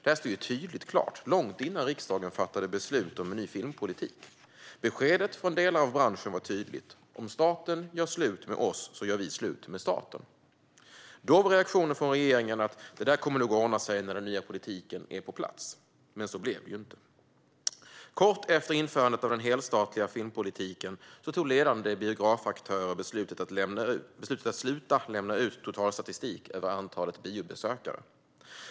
Det stod klart långt innan riksdagen fattade beslut om en ny filmpolitik. Beskedet från delar av branschen var tydligt: Om staten gör slut med oss, så gör vi slut med staten. Reaktionen från regeringen var då: Det kommer nog att ordna sig när den nya politiken är på plats. Men så blev det inte. Kort efter införandet av den helstatliga filmpolitiken fattade ledande biografaktörer beslutet att sluta lämna ut totalstatistik över antalet biobesökare.